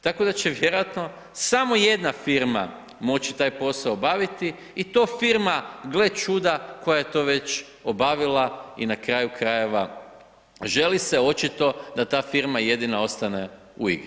Tako da će vjerojatno samo jedna firma može taj posao obaviti i to firma, gle čuda, koja je to već obavila i na kraju krajeva, želi se očito da ta firma ostaje u igri.